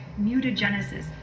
mutagenesis